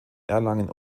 erlangen